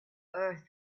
earth